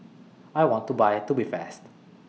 I want to Buy Tubifast